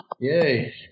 Yay